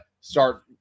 start